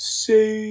say